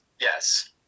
Yes